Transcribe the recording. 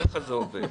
ככה זה עובד.